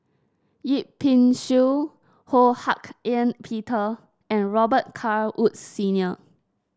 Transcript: Yip Pin Xiu Ho Hak Ean Peter and Robet Carr Woods Senior